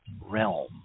realm